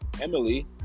emily